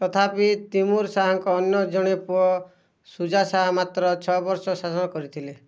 ତଥାପି ତିମୁର ଶାହାଙ୍କ ଅନ୍ୟ ଜଣେ ପୁଅ ଶୁଜା ଶାହା ମାତ୍ର ଛଅ ବର୍ଷ ଶାସନ କରିଥିଲେ